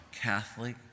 Catholic